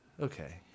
Okay